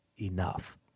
enough